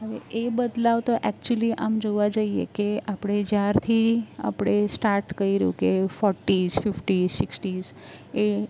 હવે એ બદલાવ તો એકચુલી આમ જોવા જઇએ કે આપણે જ્યારથી આપણે સ્ટાટ કર્યું કે ફોટ્ટીઝ ફિફ્ટીસ સિક્સટીઝ એ